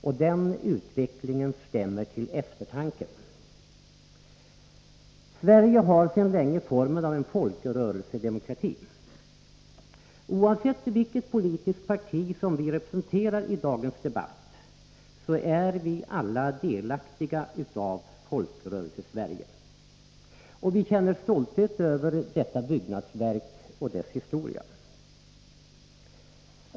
Och den utvecklingen stämmer till eftertanke. Sverige har sedan länge formen av en folkrörelsedemokrati. Oavsett vilket politiskt parti vi representerar i dagens debatt, är vi alla delaktiga av Folkrörelsesverige. Vi känner stolthet över detta byggnadsverk och dess historia.